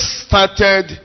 started